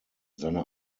seine